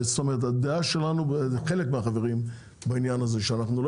הדעה של חלק מהחברים בעניין הזה היא שאנחנו לא